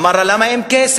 אמר לה: למה אין כסף?